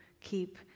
keep